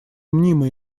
мнимая